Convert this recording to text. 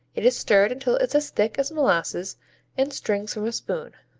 it is stirred until it's as thick as molasses and strings from a spoon.